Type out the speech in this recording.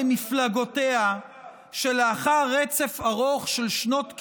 למפלגותיה שלאחר רצף ארוך של שנות כהונה,